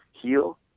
Heal